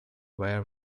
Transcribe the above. there